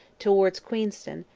towards queenston,